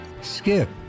Skip